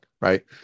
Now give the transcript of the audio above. right